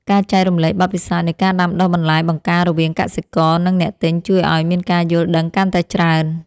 ការចែករំលែកបទពិសោធន៍នៃការដាំដុះបន្លែបង្ការរវាងកសិករ និងអ្នកទិញជួយឱ្យមានការយល់ដឹងកាន់តែច្រើន។